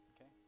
Okay